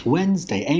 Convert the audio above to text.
Wednesday